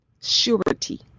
surety